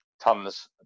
tons